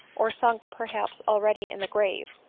or sunk perhaps already in the grave,